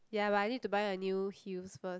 ya but I need to buy a new heels first